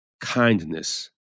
Kindness